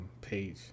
page